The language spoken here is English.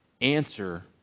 answer